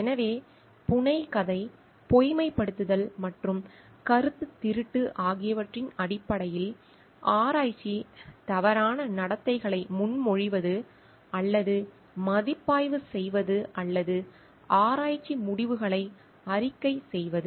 எனவே புனைகதை பொய்மைப்படுத்தல் மற்றும் கருத்துத் திருட்டு ஆகியவற்றின் அடிப்படையில் ஆராய்ச்சி தவறான நடத்தைகளை முன்மொழிவது அல்லது மதிப்பாய்வு செய்வது அல்லது ஆராய்ச்சி முடிவுகளை அறிக்கை செய்வது